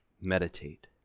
Meditate